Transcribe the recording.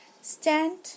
stand